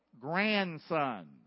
Grandson